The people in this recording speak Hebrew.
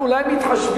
אנחנו אולי מתחשבים,